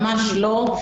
ממש לא.